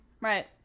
Right